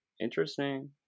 Interesting